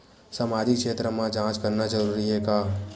सामाजिक क्षेत्र म जांच करना जरूरी हे का?